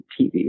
TV